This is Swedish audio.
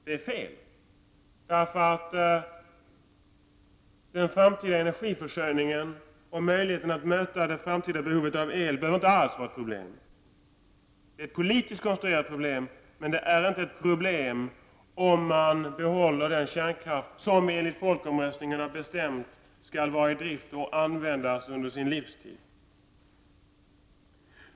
Det är fel, eftersom den framtida energiförsörjningen och möjligheten att möta det framtida behovet av el inte alls behöver vara något problem. Det är ett politiskt konstruerat problem, men det är inte ett problem om man behåller den kärnkraft som man genom folkomröstningen har beslutat skall vara i drift och användas under sin livstid.